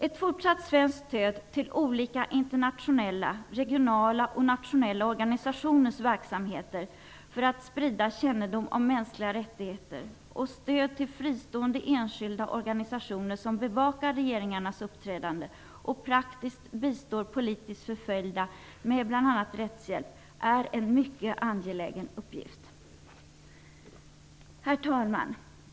Ett fortsatt svenskt stöd till olika internationella, regionala och nationella organisationers verksamheter för att sprida kännedom om mänskliga rättigheter och stöd till fristående enskilda organisationer som bevakar regeringarnas uppträdande och praktiskt bistår politiskt förföljda med bl.a. rättshjälp är mycket angeläget. Herr talman!